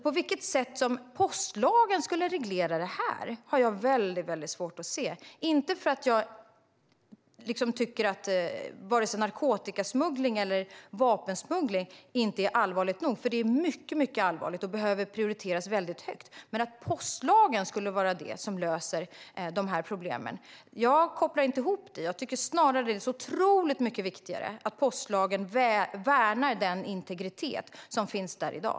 På vilket sätt postlagen skulle reglera detta har jag väldigt svårt att se, inte för att jag inte tycker att vare sig narkotikasmuggling eller vapensmuggling är allvarligt nog, för det är mycket allvarligt och behöver prioriteras högt. Men jag tror inte att postlagen skulle vara det som löser problemen. Jag kopplar inte ihop det. Jag tycker snarare att det är så otroligt mycket viktigare att postlagen värnar den integritet som finns där i dag.